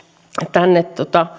tänne